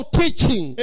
teaching